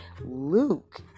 Luke